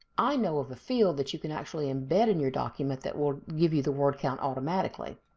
i know of a field that you can actually embed in your document that will give you the word count automatically.